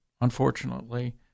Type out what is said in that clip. Unfortunately